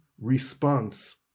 response